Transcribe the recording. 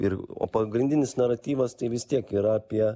ir o pagrindinis naratyvas tai vis tiek yra apie